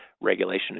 regulation